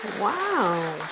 Wow